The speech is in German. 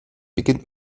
beginnt